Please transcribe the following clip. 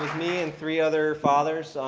me and three other fathers.